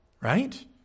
right